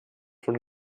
von